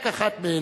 רק אחת מהן,